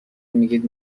میگید